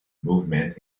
movement